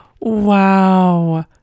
wow